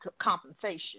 compensation